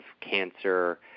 cancer